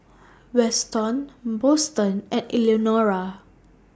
Weston Boston and Eleonora